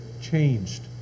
changed